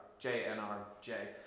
J-N-R-J